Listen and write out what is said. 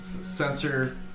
sensor